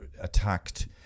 attacked